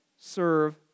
serve